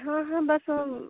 हाँ हाँ बस आह